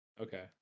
Okay